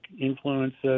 influences